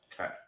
Okay